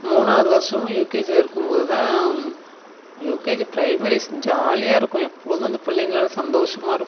மூணாவது வருஷமும் யூகேஜியில் இருக்கும் போது தான் யூகேஜி ப்ரைமரிஸ் ஜாலியாயிருக்கும் எப்பொழுதும் அந்த பிள்ளைங்களோட சந்தோஷமாயிருக்கும்